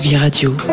Radio